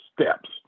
steps